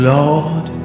lord